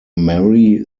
merry